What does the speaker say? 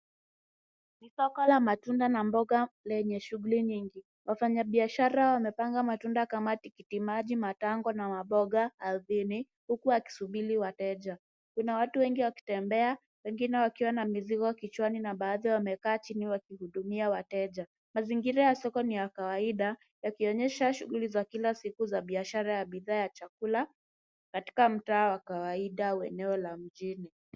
Ni soko la matunda na mboga lenye shughuli nyingi. Wafanyabiashara wamepanga matunda kama tikitimaji, matango na maboga ardhini huku wakisubiri wateja. Kuna watu wengi wakitembea, wengine wakiwa na mizigo kichwani na baadhi wamekaa chini wakihudumia wateja. Mazingira ya soko ni ya kawaida yakionyesha shughuli za kila siku za biashara ya bidhaa ya chakula katika mtaa wa kawaida wa eneo la mjini.